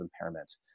impairment